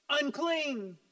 unclean